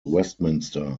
westminster